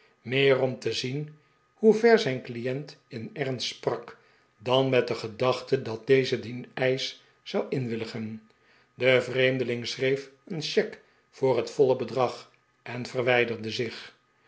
meer om te zien hoever zijn client in ernst sprak dan met de gedachte dat deze dien eisch zou inwilligen de vreemdeling schreef een cheque voor het voile bedrag en verwijderde zich